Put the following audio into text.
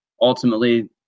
ultimately